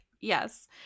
Yes